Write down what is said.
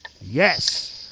Yes